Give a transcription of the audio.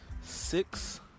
six